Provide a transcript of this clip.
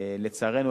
לצערנו,